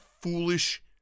Foolish